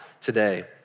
today